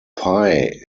pie